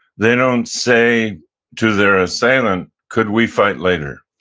they don't say to their assailant, could we fight later?